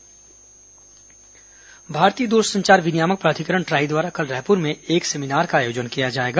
try seminar भारतीय दूरसंचार विनियामक प्राधिकरण ट्राई द्वारा कल रायपुर में एक सेमिनार का आयोजन किया जाएगा